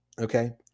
Okay